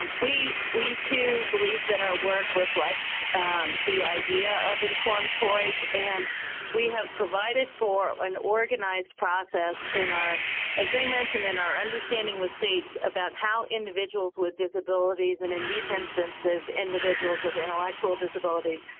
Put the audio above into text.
um we we to believe that our work reflects the idea of informed choice and we have provided for an organized process in our agreement and in our understanding with states about how individuals with disabilities and in these instances, individuals with intellectual disabilities,